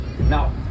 now